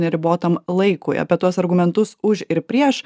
neribotam laikui apie tuos argumentus už ir prieš